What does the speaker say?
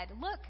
Look